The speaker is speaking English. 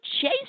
chase